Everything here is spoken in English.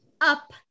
up